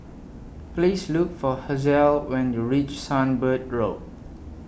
Please Look For Hazelle when YOU REACH Sunbird Road